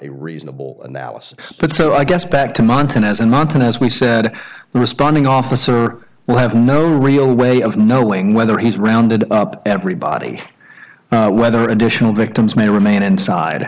reasonable analysis but so i guess back to montana as a mountain as we said the responding officer will have no real way of knowing whether he's rounded up everybody whether additional victims may remain inside